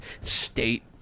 state